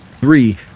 Three